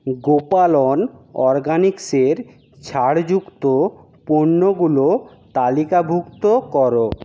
গোপালন অরগ্যানিক্সের ছাড়যুক্ত পণ্যগুলো তালিকাভুক্ত করো